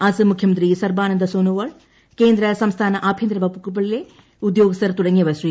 അസം മുഖ്യമന്ത്രി സർബാനന്ദ സൊനോവാൾ കേന്ദ്ര സംസ്ഥാന ആഭ്യന്തര വകുപ്പുകളിലെ ഉദ്യോഗസ്ഥർ തുടങ്ങിയവർ ശ്രീ